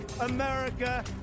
America